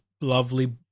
lovely